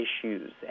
issues